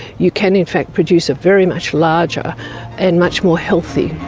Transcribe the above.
you can in fact produce a very much larger and much more healthy